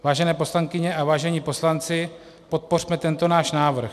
Vážené poslankyně a vážení poslanci, podpořme tento náš návrh.